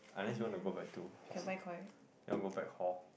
unless you want to go back to hostel you want to go back hall